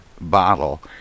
bottle